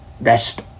rest